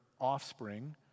offspring